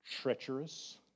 treacherous